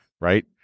right